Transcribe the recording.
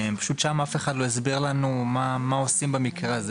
אף אחד שם לא הסביר לנו מה עושים במקרה הזה.